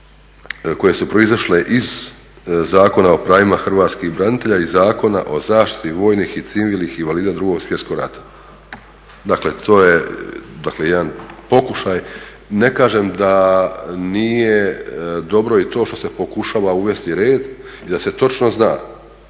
koje su proizašle iz Zakona o pravima Hrvatskih branitelja i Zakona o zaštiti vojnih i civilnih invalida drugog svjetskog rata. Dakle, to je jedan pokušaj. Ne kažem da nije dobro i to što se pokušava uvesti red i da se točno zna